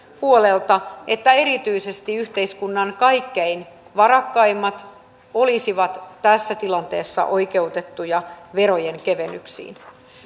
puolelta että erityisesti yhteiskunnan kaikkein varakkaimmat olisivat tässä tilanteessa oikeutettuja verojen kevennyksiin